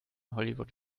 hollywood